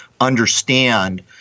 understand